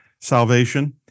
salvation